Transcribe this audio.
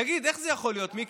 תגיד, איך זה יכול להיות, מיקי?